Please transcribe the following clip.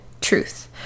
truth